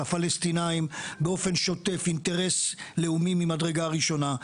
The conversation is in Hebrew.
הפלסטינים באופן שוטף אינטרס לאומי ממדרגה ראשונה,